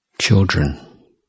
children